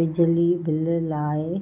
बिजली बिल लाइ